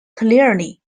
clearly